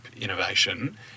innovation